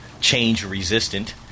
change-resistant